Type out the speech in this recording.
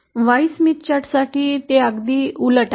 Y Smith चार्टसाठी ते अगदी उलट आहे